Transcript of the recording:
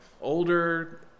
older